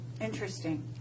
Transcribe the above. Interesting